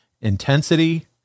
intensity